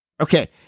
Okay